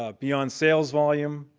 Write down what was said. ah beyond sales volume,